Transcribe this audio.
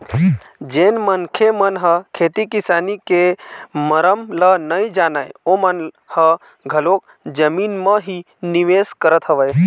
जेन मनखे मन ह खेती किसानी के मरम ल नइ जानय ओमन ह घलोक जमीन म ही निवेश करत हवय